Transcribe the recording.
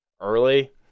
early